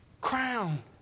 Crown